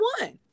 one